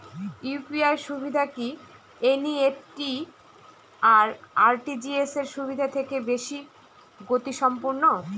UPI সুবিধা কি NEFT আর আর.টি.জি.এস সুবিধা থেকে বেশি গতিসম্পন্ন?